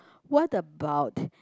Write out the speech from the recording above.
what about